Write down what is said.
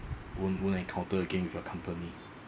won't won't encounter again with your company